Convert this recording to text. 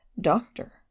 Doctor